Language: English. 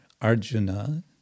Arjuna